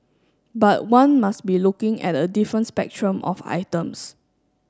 but one must be looking at a different spectrum of items